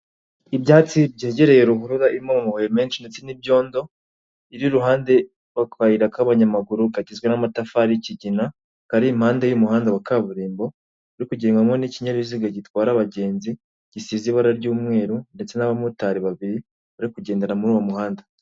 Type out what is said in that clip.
Ibyatsi byegereye ruhurura irimo amabuye menshi ndetse n'ibyondo, iri iruhande rw'akayira k'abanyamaguru, kagizwe n'amatafari y'ikigina, kari impande y'umuhanda wa kaburimbo, uri kugendwamo n'ikinyabiziga gitwara abagenzi, gisize ibara ry'umweru, ndetse n'aba motari babiri, bari kugendera muri uwo muhanda.